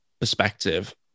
perspective